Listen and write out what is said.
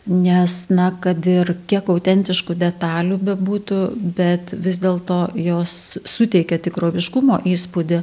nes na kad ir kiek autentiškų detalių bebūtų bet vis dėlto jos suteikia tikroviškumo įspūdį